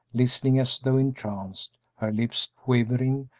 listening as though entranced, her lips quivering,